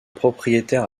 propriétaires